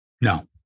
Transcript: no